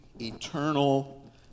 eternal